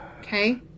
Okay